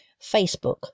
Facebook